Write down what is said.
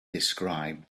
described